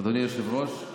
אדוני היושב-ראש,